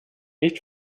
nicht